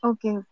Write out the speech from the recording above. Okay